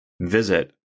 Visit